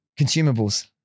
consumables